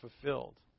fulfilled